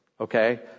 Okay